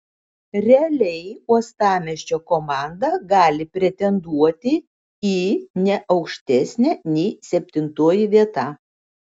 realiai uostamiesčio komanda gali pretenduoti į ne aukštesnę nei septintoji vieta